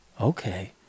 okay